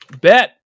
Bet